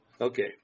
okay